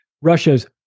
Russia's